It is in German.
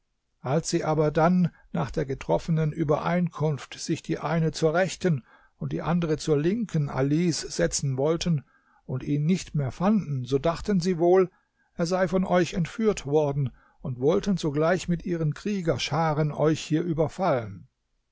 als sie aber dann nach der getroffenen übereinkunft sich die eine zur rechten und die andere zur linken alis setzen wollten und ihn nicht mehr fanden so dachten sie wohl er sei von euch entführt worden und wollten sogleich mit ihren kriegerscharen euch hier überfallen